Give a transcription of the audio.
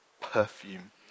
perfume